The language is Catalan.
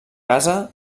casa